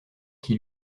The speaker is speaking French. qu’il